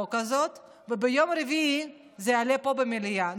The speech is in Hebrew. וביום רביעי זה יעלה פה במליאה,